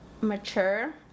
mature